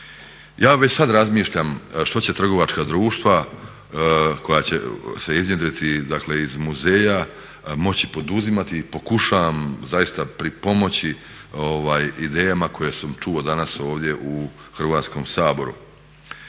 Ja već sad razmišljam što će trgovačka društva koja će se iznjedriti, dakle iz muzeja moći poduzimati i pokušavam zaista pripomoći idejama koje sam čuo danas ovdje u Hrvatskom saboru.